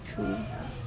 true